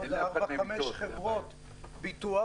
עוד ארבע-חמש חברות ביטוח,